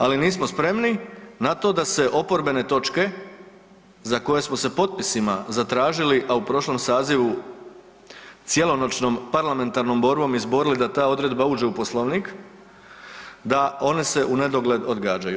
Ali nismo spremni na to da se oporbene točke za koje smo se potpisima zatražili, a u prošlom sazivu cjelonoćnom parlamentarnom borbom izborili da ta odredba uđe u Poslovnik, da one se u nedogled odgađaju.